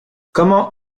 comment